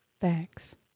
Facts